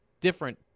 different